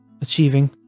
achieving